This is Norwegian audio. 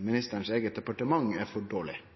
ministerens eige departement, er for dårleg.